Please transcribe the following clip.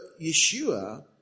Yeshua